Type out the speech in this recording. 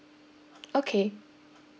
okay